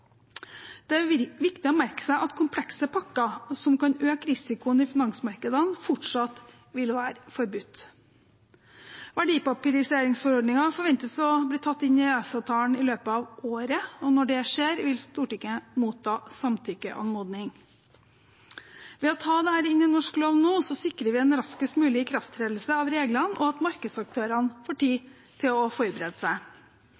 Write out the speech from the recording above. Det er viktig å merke seg at komplekse pakker som kan øke risikoen i finansmarkedene, fortsatt vil være forbudt. Verdipapiriseringsforordningen forventes å bli tatt inn i EØS-avtalen i løpet av året, og når det skjer, vil Stortinget motta samtykkeanmodning. Ved å ta dette inn i norsk lov nå sikrer vi en raskest mulig ikrafttredelse av reglene og at markedsaktørene får tid til å forberede seg.